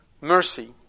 mercy